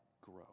grow